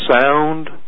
sound